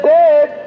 dead